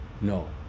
No